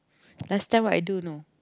last time what I do know